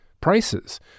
prices